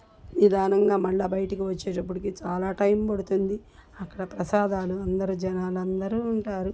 నిదానంగా మళ్ళీ బయటికి వచ్చేటప్పటికి చాలా టైం పడుతుంది అక్కడ ప్రసాదాలు అందరూ జనాలందరూ ఉంటారు